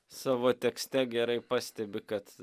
savo tekste gerai pastebi kad